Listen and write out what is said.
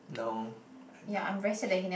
no I'm not